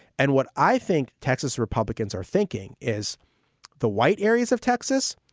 and what i think texas republicans are thinking is the white areas of texas,